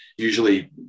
usually